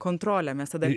kontrolę mes tada